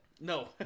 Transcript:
No